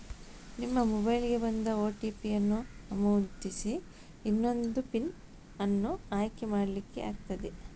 ನಿಮ್ಮ ಮೊಬೈಲಿಗೆ ಬಂದ ಓ.ಟಿ.ಪಿ ಅನ್ನು ನಮೂದಿಸಿ ಇನ್ನೊಂದು ಪಿನ್ ಅನ್ನು ಆಯ್ಕೆ ಮಾಡ್ಲಿಕ್ಕೆ ಆಗ್ತದೆ